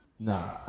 Nah